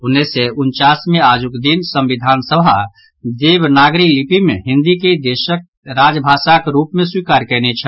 उन्नैस सय उनचास मे आजुक दिन संविधान सभा देवनागरी लिपि मे हिन्दी के देशक राजभाषाक रूप मे स्वीकार कयने छल